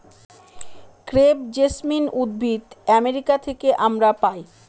crepe jasmine উদ্ভিদ America থেকে আমরা পাই